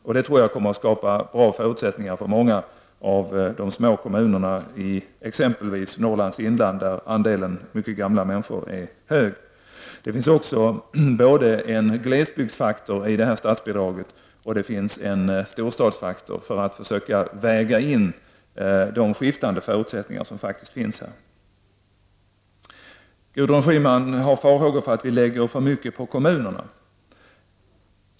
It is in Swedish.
Jag tror att detta kommer att skapa bra förutsättningar för många av de små kommunerna i exempelvis Norrlands inland, där andelen mycket gamla människor är hög. Det finns i statsbidraget både en glesbygdsfaktor och en storstadsfaktor för att försäkra väga in de skiftande förutsättningar som faktiskt finns. Gudrun Schyman har farhågor för att vi lägger över för mycket på kommunerna.